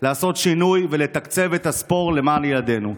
לעשות שינוי ולתקצב את הספורט למען ילדינו.